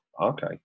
okay